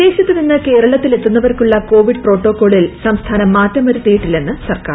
വിദേശത്ത് നിന്ന് കേരളത്തിൽ എത്തുന്നവർക്കുള്ള കോവിഡ് പ്രോട്ടോക്കോളിൽ സംസ്ഥാനം മാറ്റം വരുത്തിയിട്ടില്ലെന്ന് സർക്കാർ